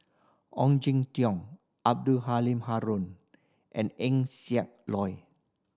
Ong Jin Teong Abdul Halim Haron and Eng Siak Loy